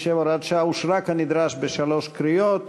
47, הוראת שעה) אושרה כנדרש בשלוש קריאות.